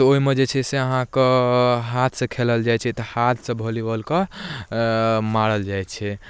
तऽ ओइमे जे छै से अहाँके हाथसँ खेलल जाइ छै तऽ हाथसँ वॉलीबॉलके मारल जाइ छै